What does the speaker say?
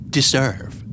Deserve